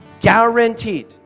guaranteed